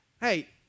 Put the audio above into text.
Hey